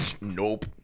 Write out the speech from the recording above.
Nope